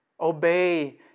Obey